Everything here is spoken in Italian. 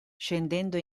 scendendo